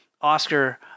Oscar